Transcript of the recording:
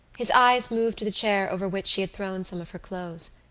his eyes moved to the chair over which she had thrown some of her clothes.